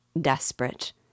desperate